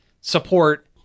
support